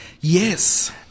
Yes